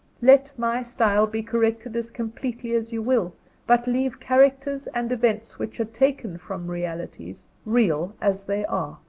let my style be corrected as completely as you will but leave characters and events which are taken from realities, real as they are.